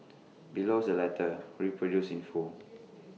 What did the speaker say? below is the letter reproduced in full